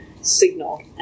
signal